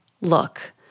Look